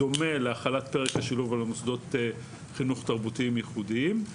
בדומה להחלת פרק השילוב על מוסדות חינוך תרבותיים ייחודיים.